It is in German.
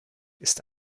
ist